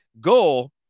goal